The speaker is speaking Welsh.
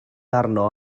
arno